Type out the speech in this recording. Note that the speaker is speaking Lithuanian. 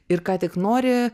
ir ką tik nori